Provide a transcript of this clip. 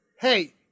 hey